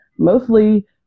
Mostly